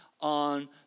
on